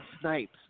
Snipes